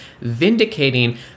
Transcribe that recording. vindicating